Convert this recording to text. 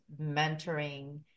mentoring